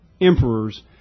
emperors